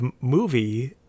movie